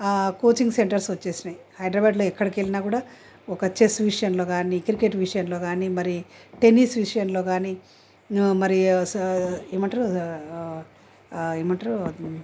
ఆ coaching centres వచ్చేసాయి హైదరాబాద్లో ఎక్కడికి వెళ్ళినా కూడా ఒక చెస్ విషయంలో కానీ క్రికెట్ విషయంలో కానీ మరి టెన్నిస్ విషయంలో కానీ మరి స ఏమంటారు ఏమంటారు అది